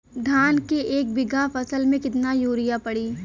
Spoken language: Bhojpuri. धान के एक बिघा फसल मे कितना यूरिया पड़ी?